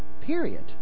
period